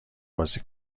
بازی